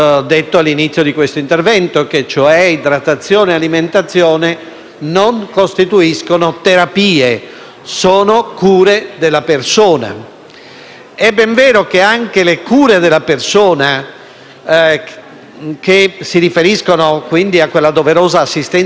non costituiscono terapie, ma cure della persona. È ben vero che anche le cure della persona, che si riferiscono quindi a quella doverosa assistenza umanitaria e ai suoi bisogni vitali, non sono illimitate;